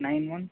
nine one